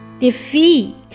Defeat